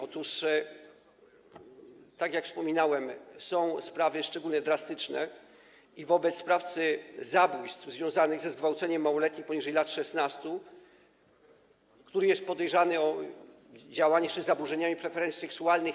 Otóż, tak jak wspominałem, są sprawy szczególnie drastyczne i wobec sprawcy zabójstw związanych ze zgwałceniem małoletnich poniżej lat 16, który jest podejrzany o działanie, jeszcze z zaburzeniami preferencji seksualnych.